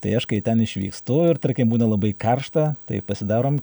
tai aš kai ten išvykstu ir tarkim būna labai karšta tai pasidarom